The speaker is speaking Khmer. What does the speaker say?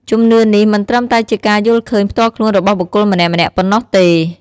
ជំនឿនេះមិនត្រឹមតែជាការយល់ឃើញផ្ទាល់ខ្លួនរបស់បុគ្គលម្នាក់ៗប៉ុណ្ណោះទេ។